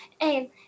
And-